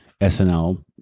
SNL